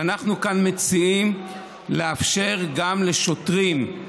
ואנחנו כאן מציעים לאפשר גם לשוטרים,